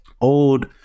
old